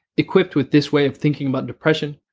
equipped with this way of thinking about depression,